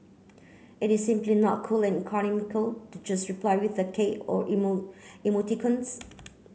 it is simply not cool and economical to just reply with a k or emo emoticons